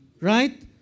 right